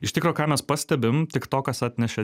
iš tikro ką mes pastebim tiktokas atnešė